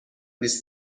بیست